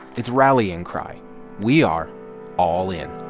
its rallying cry we are all in